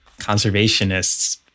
conservationists